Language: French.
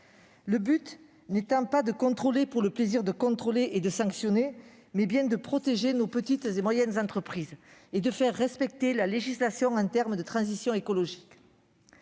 le but n'étant pas de contrôler pour le plaisir de sanctionner, mais bien de protéger nos petites et moyennes entreprises et de faire respecter la législation en matière de transition écologique.